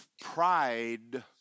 Pride